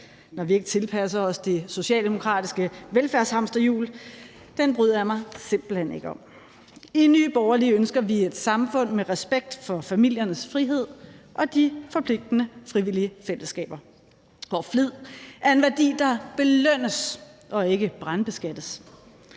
når vi ikke tilpasser os det socialdemokratiske velfærdshamsterhjul, bryder jeg mig simpelt hen ikke om. I Nye Borgerlige ønsker vi et samfund med respekt for familiernes frihed og de forpligtende frivillige fællesskaber, hvor flid er en værdi, der belønnes og ikke brandbeskattes.